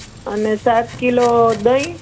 અને સાત કિલો દહીં